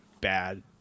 bad